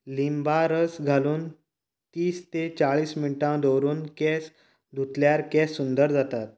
लिंबा रोस घालून तीस तें चाळीस मिनटां दवरून केंस धुतल्यार केंस सुंदर जातात